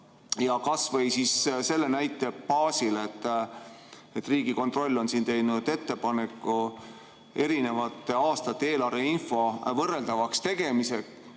Kas või selle näite baasil, et Riigikontroll on teinud ettepaneku eri aastate eelarveinfo võrreldavaks tegemiseks.